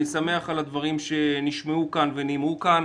אני שמח על הדברים שנשמעו ונאמרו כאן.